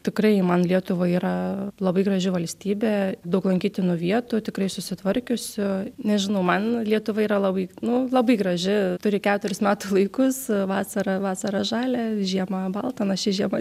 tikrai ji man lietuva yra labai graži valstybė daug lankytinų vietų tikrai susitvarkiusiu nežinau man lietuva yra labai nu labai graži turi keturis metų laikus vasarą vasarą žalia žiemą balta na ši žiema